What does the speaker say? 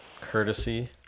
courtesy